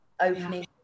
opening